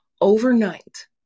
overnight